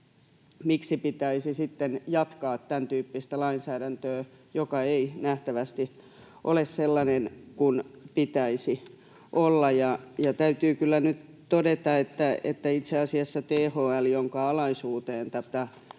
miksi pitäisi sitten jatkaa tämäntyyppistä lainsäädäntöä, joka ei nähtävästi ole sellainen kuin pitäisi olla. Ja täytyy kyllä nyt todeta, että itse asiassa THL, jonka alaisuuteen tätä uutta